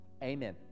Amen